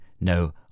no